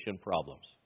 problems